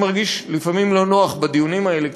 אני מרגיש לפעמים לא נוח בדיונים האלה,